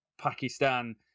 Pakistan